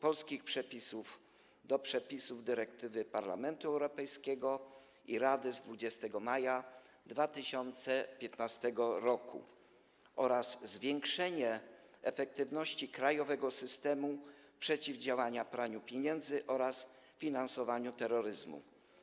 polskich przepisów do przepisów dyrektywy Parlamentu Europejskiego i Rady z 20 maja 2015 r. oraz zwiększenie efektywności krajowego systemu przeciwdziałania praniu pieniędzy oraz finansowaniu terroryzmu.